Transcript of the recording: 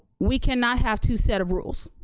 we cannot have two set of rules.